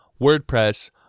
WordPress